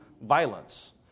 violence